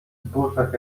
zbożach